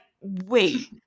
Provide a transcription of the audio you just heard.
wait